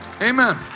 Amen